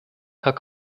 herr